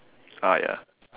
ah ya